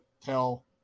tell